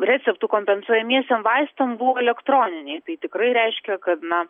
receptų kompensuojamiesiem vaistam buvo elektroniniai tai tikrai reiškia kad na